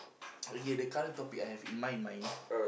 okay the current topic I have in my mind